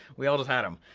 we all just had em.